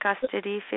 custody